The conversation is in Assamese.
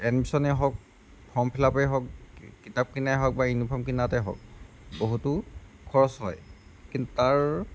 এডমিশ্যনেই হওক ফৰ্ম ফিলাপেই হওক কিতাপ কিনায়ে হওক বা ইউনিফৰ্ম কিনাতেই হওক বহুতো খৰচ হয় কিন্তু তাৰ